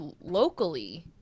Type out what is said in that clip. locally